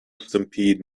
stampede